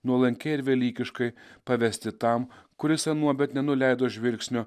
nuolankiai ir velykiškai pavesti tam kuris anuomet nenuleido žvilgsnio